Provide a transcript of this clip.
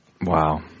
Wow